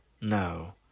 No